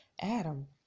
Adam